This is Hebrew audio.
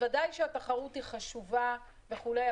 וודאי שהתחרות היא חשובה וכולי,